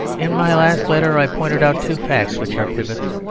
in my last letter i pointed out two facts which are pivots.